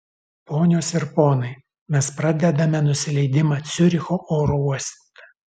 ponios ir ponai mes pradedame nusileidimą ciuricho oro uoste